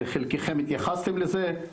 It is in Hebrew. חלקכם התייחסתם לזה.